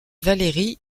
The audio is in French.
valérie